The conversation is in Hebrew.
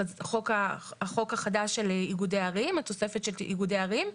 החוק החדש, התוספת של איגודי ערים?